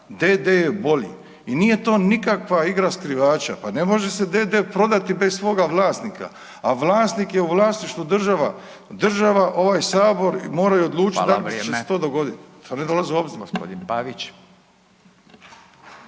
je bolji i nije to nikakva igra skrivača, pa ne može se d.d. prodati bez svoga vlasnika, a vlasnik je u vlasništvu država. Država, ovaj Sabor moraju odlučiti da li će se to dogoditi.